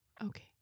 Okay